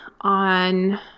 on